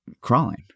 crawling